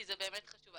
כי זה מאוד חשוב.